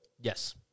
Yes